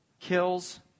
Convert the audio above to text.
kills